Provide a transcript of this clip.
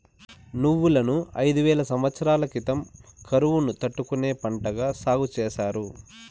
నువ్వులను ఐదు వేల సమత్సరాల క్రితం కరువును తట్టుకునే పంటగా సాగు చేసారు